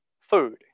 food